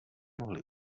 mohli